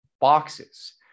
boxes